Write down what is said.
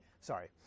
sorry